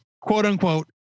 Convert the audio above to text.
quote-unquote